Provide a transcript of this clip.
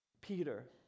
Peter